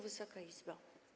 Wysoka Izbo!